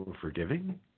forgiving